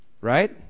Right